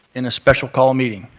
in a special call meeting.